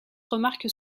remarque